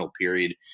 period